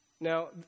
Now